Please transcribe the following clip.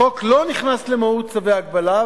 החוק לא נכנס למהות צווי ההגבלה,